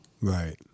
Right